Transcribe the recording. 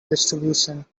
distribution